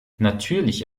natürlich